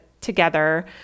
together